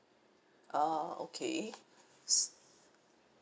orh okay